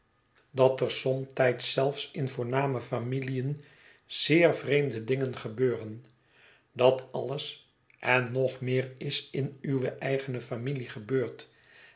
dat er somtijds zelfs in voorname familiën zeer vreemde dingen gebeuren dat alles en nog meer is in uwe eigene familie gebeurd